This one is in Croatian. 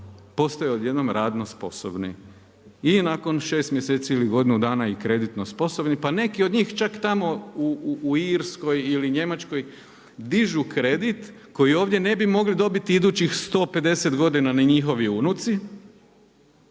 postaju odjednom radno sposobni i nakon šest mjeseci i godinu dana i kreditno sposobni, pa neki od njih čak tamo u Irskoj ili Njemačkoj dižu kredit koji ovdje ne bi mogli dobiti idućih 150 godina ni njihovi unuci